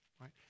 Right